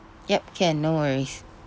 ya can no worries